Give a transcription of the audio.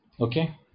okay